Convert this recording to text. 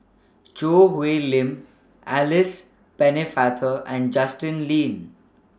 Choo Hwee Lim Alice Pennefather and Justin Lean